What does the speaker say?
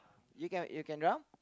you can you can drum